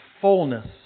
fullness